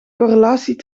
correlatie